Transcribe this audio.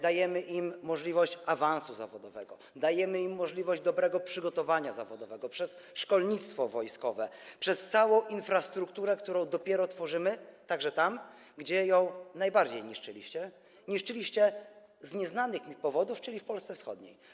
Dajemy im możliwość awansu zawodowego, dajemy im możliwość dobrego przygotowania zawodowego dzięki szkolnictwu wojskowemu, dzięki całej infrastrukturze, którą dopiero tworzymy, także tam, gdzie ją najbardziej niszczyliście, a niszczyliście z nieznanych mi powodów, czyli w Polsce wschodniej.